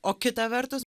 o kita vertus